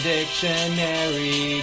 Dictionary